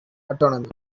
autonomy